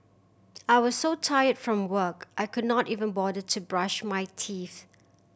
I was so tired from work I could not even bother to brush my teeth